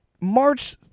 march